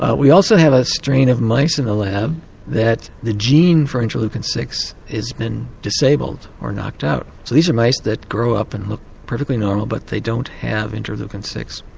ah we also have a strain of mice in the lab that the gene for interleukin six has been disabled or knocked out. so these are mice that grow up and look perfectly normal but they don't have interleukin six.